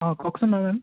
অঁ কওকচোন